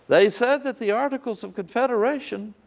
they said that the articles of confederation